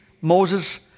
Moses